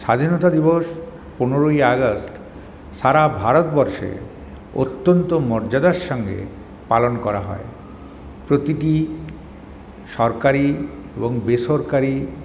স্বাধীনতা দিবস পনেরোই আগস্ট সারা ভারতবর্ষে অত্যন্ত মর্যাদার সঙ্গে পালন করা হয় প্রতিটি সরকারি এবং বেসরকারি